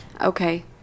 Okay